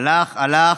הלך הלך,